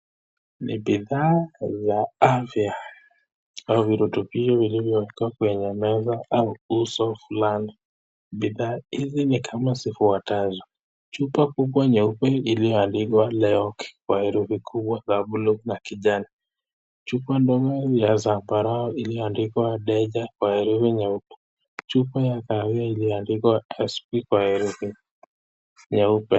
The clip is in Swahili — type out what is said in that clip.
Ni bidhaa za afya au virutubisho vilivyowekwa kwenye meza au uso fulani. Bidhaa hizi ni kama zifuatazo. Chupa kubwa nyeupe iliyoandikwa Leo kwa herufi kubwa za blue na kijani. Chupa ndogo ya zambarau iliyoandikwa Daja kwa herufi nyeupe. Chupa ya kahawia iliyoandikwa SP kwa herufi nyeupe.